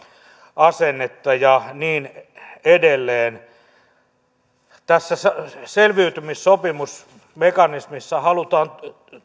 asennetta ja niin edelleen selviytymissopimusmekanismissa halutaan